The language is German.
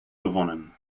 gewonnen